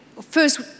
first